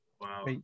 Wow